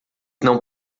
não